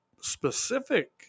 specific